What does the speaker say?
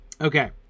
Okay